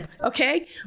Okay